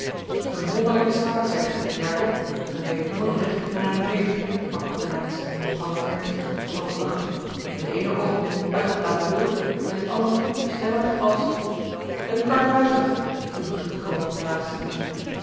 een wonderlijke snaak zijt ge jacob men weet nooit recht wat men aan u heeft sprak goedelijns half ernstig half lachend in t eene oogenblik uitgelaten wild in t andere stemmig als een karthuizer viel guurt groot plaagziek in